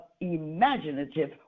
imaginative